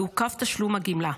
יעוכב תשלום הגמלה,